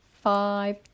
five